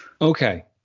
Okay